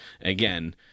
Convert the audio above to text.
again